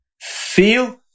feel